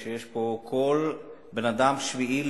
כאשר פה כל בן-אדם שביעי,